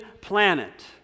planet